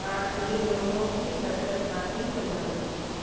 हाँ तीन लोगों कि दस दस कापी बनवानी है